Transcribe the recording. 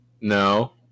No